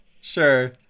Sure